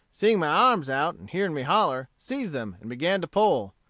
seeing my arms out, and hearing me holler, seized them, and began to pull.